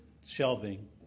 shelving